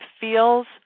feels